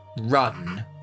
run